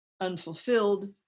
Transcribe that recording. unfulfilled